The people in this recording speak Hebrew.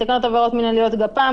בתקנות העבירות המינהליות לגפ"מ,